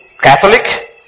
Catholic